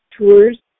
tours